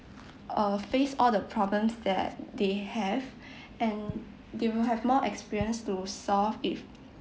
uh face all the problems that they have and they will have more experience to solve if